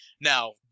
Now